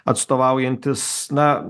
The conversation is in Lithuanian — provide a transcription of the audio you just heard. atstovaujantis na